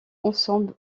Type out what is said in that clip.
ensemble